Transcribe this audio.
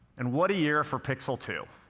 and what a year for pixel two.